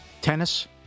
tennis